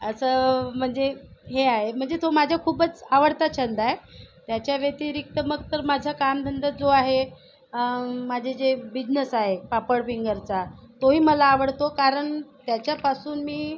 असं म्हणजे हे आहे म्हणजे तो माझा खूपच आवडता छंद आहे याच्या व्यतिरिक्त मग तर माझा कामधंदा जो आहे माझे जे बिझनेस आहे पापड फिंगरचा तोही मला आवडतो कारण त्याच्यापासून मी